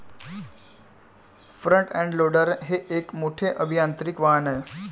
front end loader हे एक मोठे अभियांत्रिकी वाहन आहे